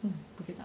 um